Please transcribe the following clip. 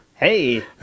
Hey